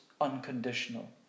unconditional